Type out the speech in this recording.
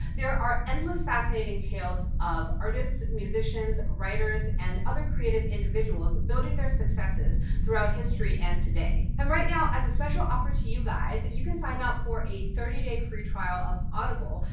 there are endless fascinating tales of artist, musicians, writers and other creative individuals building their successes throughout history and today. and right now, as a special offer for you guys, you can sign up for a thirty day free trial of audible,